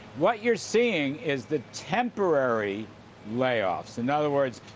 what you're seeing is the temporary layoffs. in other words,